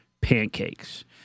pancakes